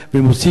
ומוסיף,